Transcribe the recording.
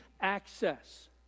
access